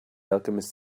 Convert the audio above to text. alchemist